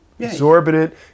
Exorbitant